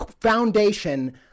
foundation